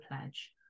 pledge